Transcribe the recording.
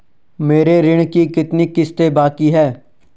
मेरे ऋण की कितनी किश्तें बाकी हैं?